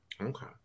Okay